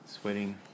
sweating